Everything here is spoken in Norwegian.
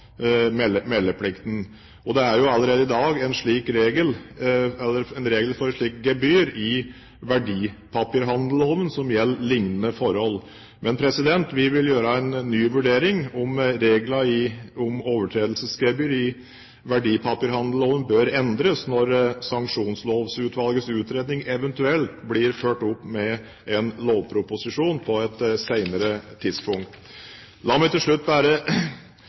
meldeplikten. Det er jo allerede i dag en regel for et slikt gebyr i verdipapirhandelloven som gjelder lignende forhold. Men vi vil gjøre en ny vurdering av om reglene om overtredelsesgebyr i verdipapirhandelloven bør endres når Sanksjonslovutvalgets utredning eventuelt blir fulgt opp med en lovproposisjon på et senere tidspunkt. La meg til slutt